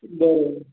બરાબર